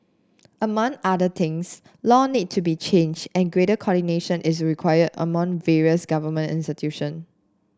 among other things law need to be changed and greater coordination is required among various government institution